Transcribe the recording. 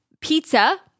pizza